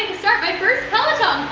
start my first peloton